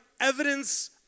evidence